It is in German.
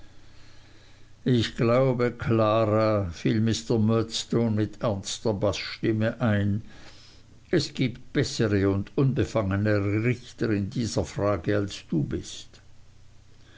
ich glaube klara fiel mr murdstone mit ernster baßstimme ein es gibt bessere und unbefangenere richter in dieser frage als du bist